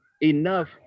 enough